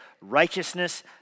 Righteousness